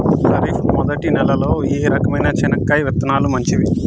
ఖరీఫ్ మొదటి నెల లో ఏ రకమైన చెనక్కాయ విత్తనాలు మంచివి